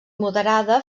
moderada